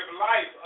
life